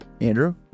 andrew